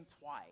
twice